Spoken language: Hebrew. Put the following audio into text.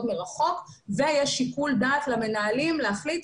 מרחוק ויש שיקול דעת למנהלים להחליט.